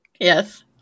Yes